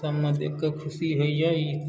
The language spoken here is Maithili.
सबमे देख कऽ खुशी होइया ई